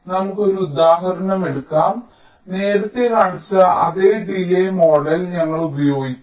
നമുക്ക് ഒരു ഉദാഹരണം എടുക്കാം നേരത്തെ കാണിച്ച അതേ ഡിലേയ് ഡിലേയ് മോഡൽ ഞങ്ങൾ ഉപയോഗിക്കും